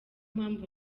mpamvu